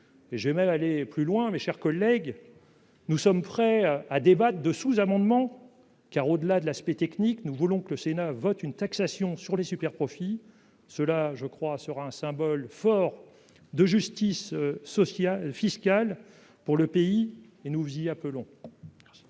je vais même aller plus loin mes chers collègues, nous sommes prêts à débattre de sous-amendements car au-delà de l'aspect technique, nous voulons que le Sénat vote une taxation sur les superprofits ceux-là, je crois, sera un symbole fort de justice sociale, fiscale pour le pays et nous vous y appelons.